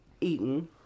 eaten